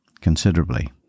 considerably